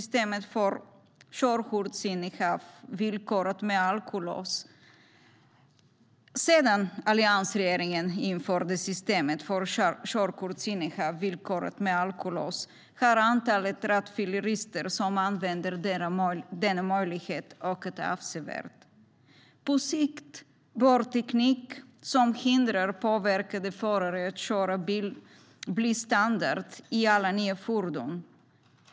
Sedan alliansregeringen införde systemet för körkortsinnehav villkorat med alkolås har antalet rattfyllerister som använder denna möjlighet ökat avsevärt. På sikt bör teknik som hindrar påverkade förare att köra bil bli standard i alla nya fordon.